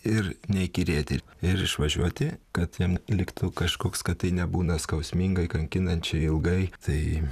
ir neįkyrėt ir ir išvažiuoti kad jam liktų kažkoks kad tai nebūna skausmingai kankinančiai ilgai tai